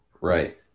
Right